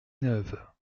neuve